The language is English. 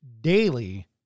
daily